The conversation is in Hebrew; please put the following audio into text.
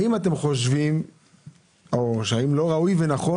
האם אתם חושבים או האם לא ראוי ונכון